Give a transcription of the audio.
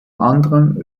anderem